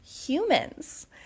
humans